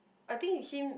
I think with him